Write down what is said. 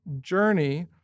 journey